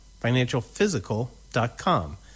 financialphysical.com